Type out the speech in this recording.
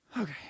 Okay